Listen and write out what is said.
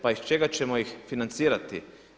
Pa iz čega ćemo ih financirati?